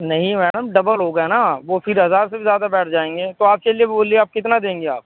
نہیں madam double ہو گیا نا وہ پھر ہزار سے بھی زیادہ بیٹھ جائیں گے تو آپ چلیے بولیے آپ کتنا دیں گی آپ